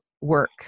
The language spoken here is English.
work